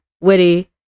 witty